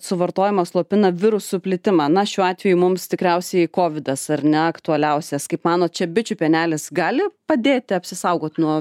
suvartojimas slopina virusų plitimą na šiuo atveju mums tikriausiai kovidas ar ne aktualiausias kaip manot čia bičių pienelis gali padėti apsisaugot nuo